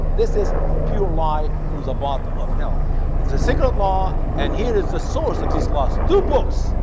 this is pure lie from the bottom of hell it's a sacred law and here is the source of these last two books.